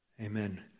Amen